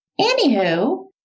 Anywho